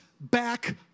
back